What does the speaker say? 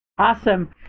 Awesome